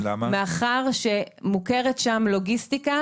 מאשר שמוכרת שם לוגיסטיקה